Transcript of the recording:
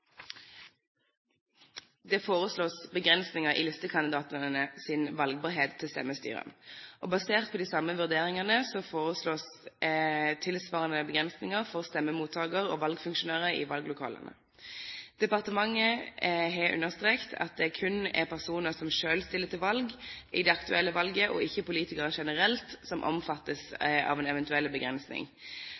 Det foreslås begrensninger i listekandidatenes valgbarhet til stemmestyrer. Basert på de samme vurderingene foreslås tilsvarende begrensninger for stemmemottaker og valgfunksjonærer i valglokalene. Departementet har understreket at det kun er personer som selv stiller til valg i det aktuelle valget, og ikke politikere generelt som omfattes av en eventuell begrensning.